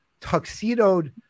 tuxedoed